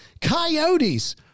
Coyotes